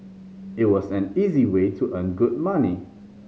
it was an easy way to earn good money